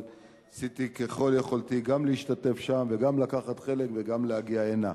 אבל עשיתי ככל יכולתי גם להשתתף שם וגם לקחת חלק וגם להגיע הנה.